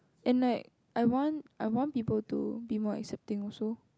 and like I want I want people to be more accepting also